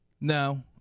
No